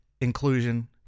inclusion